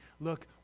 look